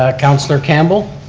ah councilor campbell.